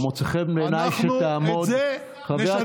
מוצא חן בעיניי שתעמוד, אנחנו את זה נשנה.